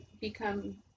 become